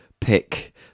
pick